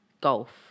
golf